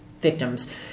victims